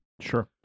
Sure